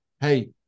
hey